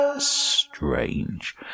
strange